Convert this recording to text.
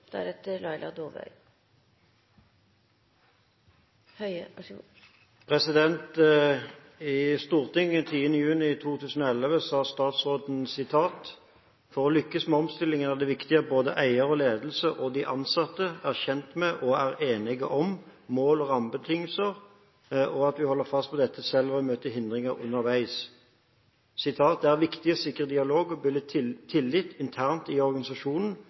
både eier og ledelse, og de ansatte, er kjent med, og er enige om, mål og rammebetingelser, og at vi holder fast på dette selv om vi møter hindringer underveis. Det er viktig å sikre dialog og bygge tillit internt i organisasjonen.